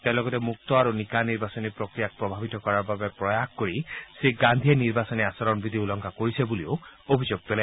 তেওঁ লগতে মুক্ত আৰু নিকা নিৰ্বাচনী প্ৰক্ৰিয়াক প্ৰভাৱিত কৰাৰ বাবে প্ৰয়াস কৰি শ্ৰীগাল্পীয়ে নিৰ্বাচনী আচৰণ বিধি উলংঘা কৰিছে বুলিও অভিযোগ তোলে